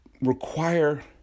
require